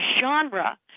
genre